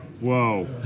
Whoa